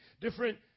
different